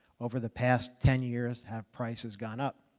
over the past ten years have prices gone up?